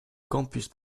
campus